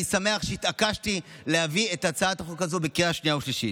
אני שמח שהתעקשתי להביא את הצעת החוק הזאת לקריאה שנייה ושלישית.